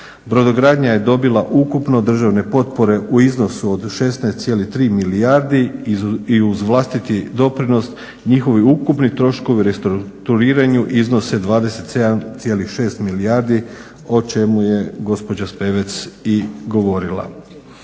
Brodogradnja je dobila ukupno državne potpore u iznosu od 16,3 milijardi i uz vlastiti doprinos njihovi ukupni troškovi restrukturiranja iznose 27,6 milijardi o čemu je gospođa Spevec i govorila.